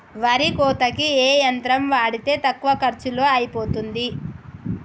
వరి కోతకి ఏ యంత్రం వాడితే తక్కువ ఖర్చులో అయిపోతుంది?